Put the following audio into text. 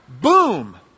boom